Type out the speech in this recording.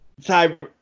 Cyber